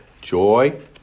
joy